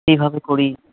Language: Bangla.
সেইভাবে করি